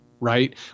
Right